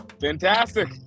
fantastic